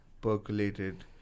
percolated